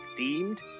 themed